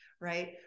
right